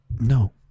No